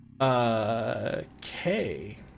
okay